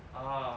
orh